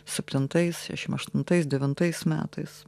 septintais aštuntais devintais metais